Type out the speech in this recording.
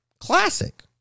Classic